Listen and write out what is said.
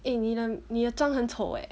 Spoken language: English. eh 你的你的张很丑 eh